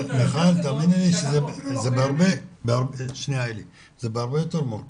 מיכל, תאמיני לי שזה בהרבה יותר מורכב.